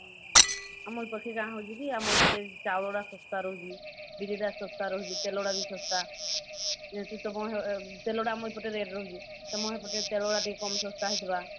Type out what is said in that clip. ଆମ ଏପାଖେ ଯାହା ହେଉଛି କି ଚାଉଳଟା ଶସ୍ତା ରହୁଛି ବିରିଟା ଶସ୍ତା ରହୁଛି ତେଲ ଗୁଡ଼ା ବି ଶସ୍ତା ଯେହେତୁ ତେଲଟା ଆମ ଏପଟେ ରେଟ୍ ରହୁଛି ତୁମ ସେପଟେ ତେଲ ଗୁଡ଼ା ଟିକେ କମ୍ ଶସ୍ତା ହୋଇଥିବ